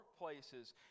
workplaces